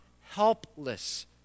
helpless